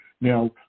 Now